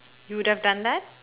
you would have done that